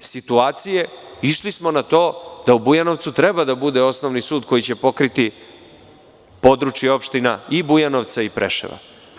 situacije, išli smo na to da u Bujanovcu treba da bude osnovni sud koji će pokriti područje opština i Bujanovca i Preševa.